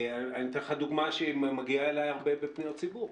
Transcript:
אני אתן לך דוגמא שהיא מגיעה אלי הרבה בפניות סיפור.